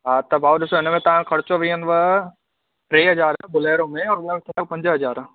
हा त भाउ ॾिसो हिन में तव्हांजो ख़र्चो बीहंदव टे हज़ार बोलेरो में और हुन में पंज हज़ार